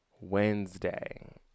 Wednesday